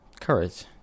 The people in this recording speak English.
courage